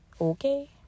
okay